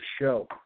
show